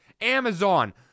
Amazon